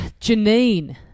Janine